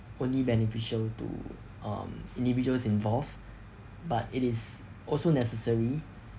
only beneficial to um individuals involved but it is also necessary